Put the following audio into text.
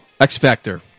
X-Factor